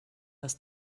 das